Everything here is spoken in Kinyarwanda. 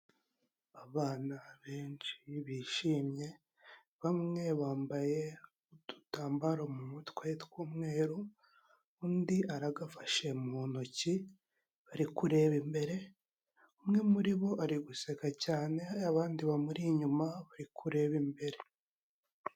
Abana benshi bishimye, bamwe bambaye udutambaro mu mutwe tw'umweru, undi aragafashe mu ntoki, bari kureba imbere, umwe muri bo ari guseka cyane, abandi bamuri inyuma bari kureba imbere.